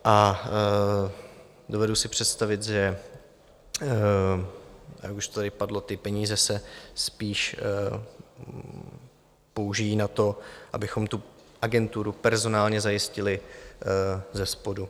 A dovedu si představit, že jak už to tady padlo, ty peníze se spíš použijí na to, abychom agenturu personálně zajistili zespodu.